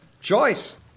choice